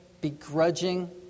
begrudging